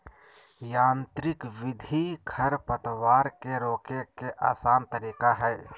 यांत्रिक विधि खरपतवार के रोके के आसन तरीका हइ